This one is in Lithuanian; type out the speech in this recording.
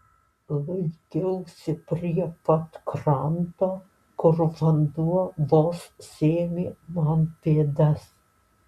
laikiausi prie pat kranto kur vanduo vos sėmė man pėdas